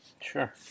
Sure